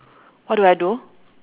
what do I do